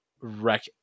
wreck